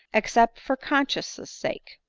except for conscience' sake?